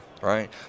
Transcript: right